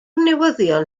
newyddion